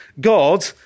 God